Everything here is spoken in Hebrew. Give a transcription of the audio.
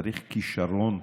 צריך כישרון,